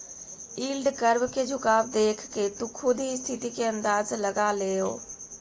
yield curve के झुकाव देखके तु खुद ही स्थिति के अंदाज लगा लेओ